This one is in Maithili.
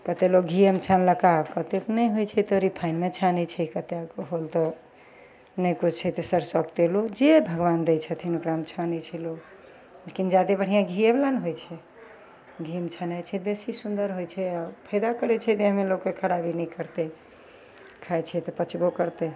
कतेक लोग घीयेमे छानलकय कते नहि होइ छै तऽ रिफाइन्डमे छानय कतेक होल तऽ नहि कुछ छै तऽ सरसोके तेलो जे भगवान दै छथिन ओकरामे छानय छै लोग लेकिन जादे बढ़िआँ घीयेमे ने होइ छै घीमे छानय छै बेसी सुन्दर होइ छै आओर फायदा करय छै देहमे लोगके खराबी नहि करतय खाइ छियै तऽ पचबो करतय